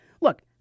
Look